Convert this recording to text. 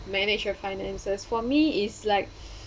manage your finances for me is like